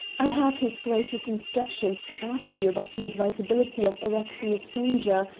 i have his grace's instructions to ask you about the advisability of arresting a stranger,